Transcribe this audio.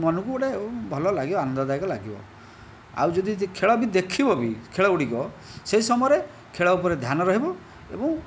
ମନକୁ ଗୋଟିଏ ଭଲ ଲାଗିବ ଆନନ୍ଦଦାୟକ ଲାଗିବ ଆଉ ଯଦି ଯିଏ ଖେଳ ବି ଦେଖିବ ବି ଖେଳଗୁଡ଼ିକ ସେହି ସମୟରେ ଖେଳ ଉପରେ ଧ୍ୟାନ ରହିବ ଏବଂ